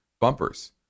bumpers